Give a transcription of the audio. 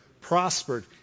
prospered